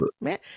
Man